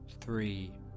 three